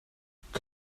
kunnen